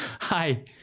hi